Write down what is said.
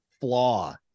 flaw